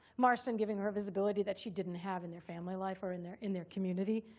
marston giving her visibility that she didn't have in their family life or in their in their community,